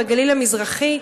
בגליל המזרחי.